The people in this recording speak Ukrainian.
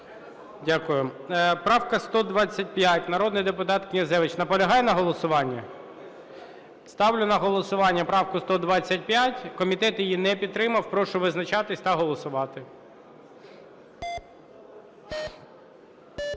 Дякую. Правка 125, народний депутат Князевич. Наполягає на голосуванні? Ставлю на голосування правку 125. Комітет її не підтримав. Прошу визначатися та голосувати.